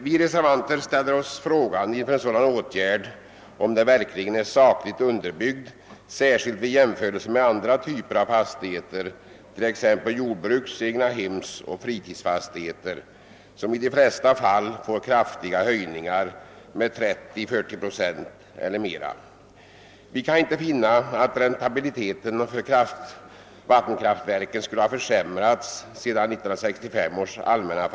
| Vi reservanter ställer oss frågande inför en sådan åtgärd och undrar, om den verkligen är sakligt underbyggd, särskilt vid jämförelse med andra typer av fastigheter, t.ex. jordbruks-, egnahemsoch fritidsfastigheter, som i de flesta fall får kraftiga höjningar med 30 till 40 procent eller mera. Vi kan, inte finna att räntabiliteten för vattenkraftsverken skulle ha försämrats sedan 1965 års allmänna.